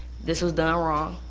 this was done wrong.